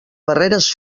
barreres